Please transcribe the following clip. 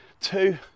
two